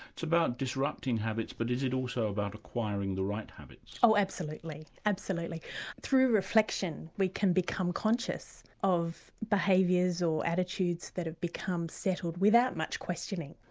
it's about disrupting habits, but is it also about acquiring the right habits? oh, absolutely. through reflection we can become conscious of behaviours or attitudes that have become settled without much questioning.